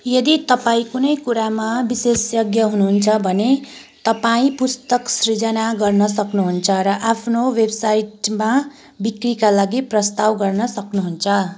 यदि तपाईँँ कुनै कुरामा विशेषज्ञ हुनुहुन्छ भने तपाईँँ पुस्तक सिर्जना गर्न सक्नुहुन्छ र आफ्नो वेबसाइटमा बिक्रीका लागि प्रस्ताव गर्न सक्नुहुन्छ